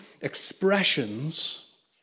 expressions